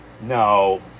No